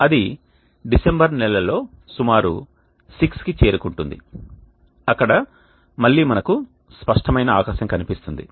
అది డిసెంబర్ నెలల్లో సుమారు 6కి చేరుకుంటుంది అక్కడ మళ్లీ మనకు స్పష్టమైన ఆకాశం కనిపిస్తుంది